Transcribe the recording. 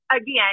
again